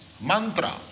mantra